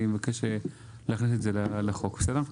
אני מבקש להכניס את זה לחוק, בסדר?